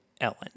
Ellen